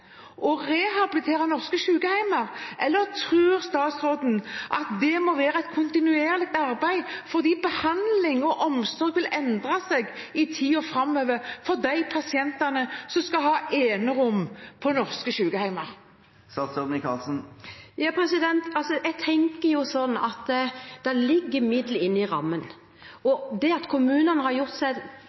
å rehabilitere norske sykehjem, eller tror statsråden at det må være et kontinuerlig arbeid, fordi behandling og omsorg vil endre seg i tiden framover for de pasientene som skal ha enerom på norske sykehjem? Det ligger midler inne i rammen, og det at kommunene har gjort seg